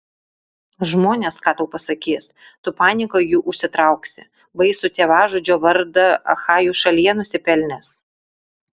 žmonės ką tau pasakys tu panieką jų užsitrauksi baisų tėvažudžio vardą achajų šalyje nusipelnęs